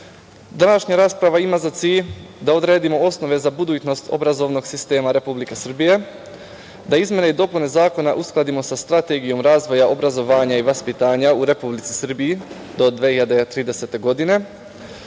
rasprava ima za cilj da odredimo osnove za budućnost obrazovnog sistema Republike Srbije, da izmene i dopune zakona uskladimo sa Strategijom razvoja obrazovanja i vaspitanja u Republici Srbiji do 2030. godine,